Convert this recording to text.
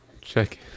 Check